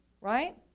Right